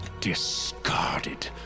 discarded